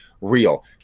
real